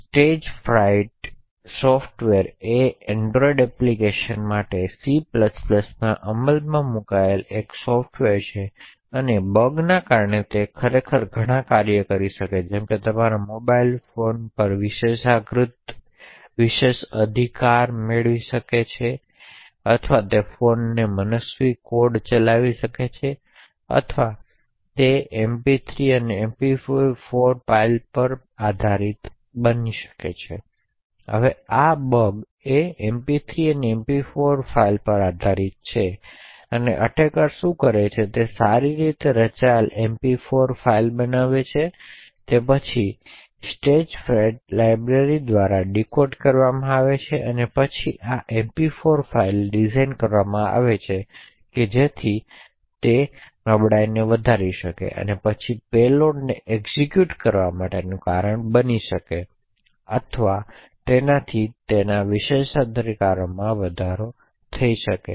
તેથી Stagefright software એ Android applications માટે સી માં અમલમાં મૂકાયેલું એક સોફ્ટવેર છે અને બગને કારણે તે ખરેખર ઘણાં કાર્યો કરી શકે છે જેમ કે તે તમારા મોબાઇલ ફોન પર વિશેષાધિકૃતતા વધારવાના હુમલા જેવા કારણો હોઈ શકે છે અથવા તે ફોન પર મનસ્વી કોડ ચલાવી શકે છે તેથી બગનો સાર એમપી 3 અને એમપી 4 ફાઇલો પર આધારિત છે તેથી આ એટેકર શું કરે છે તે સારી રીતે રચિત એમપી 4 ફાઇલો બનાવે છે જે પછી સ્ટેજફેરેટ લાઇબ્રેરી દ્વારા ડીકોડ કરવામાં આવે છે અને પછી આ એમપી 4 ફાઇલો ડિઝાઇન કરવામાં આવી છે જેથી તે નબળાઈને વધારી શકે અને પછી પેલોડને એક્ઝિક્યુટ કરવા માટેનું કારણ બને છે અથવા તેનાથી વિશેષાધિકારોમાં વધારો થઈ શકે છે